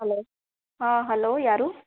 hello ಹಾಂ hello ಯಾರು